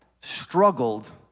struggled